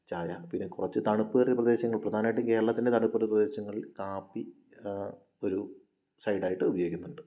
ചായ പിന്നെ കുറച്ച് തണുപ്പേറിയ പ്രദേശങ്ങൾ പ്രധാനമായിട്ട് കേരളത്തിൻ്റെ തണുപ്പേറിയ പ്രദേശങ്ങളിൽ കാപ്പി ഒരു സൈഡായിട്ട് ഉപയോഗിക്കുന്നുണ്ട്